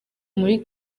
muri